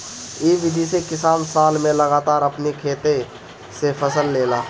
इ विधि से किसान साल में लगातार अपनी खेते से फसल लेला